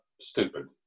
stupid